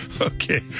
Okay